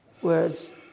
whereas